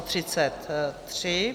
33.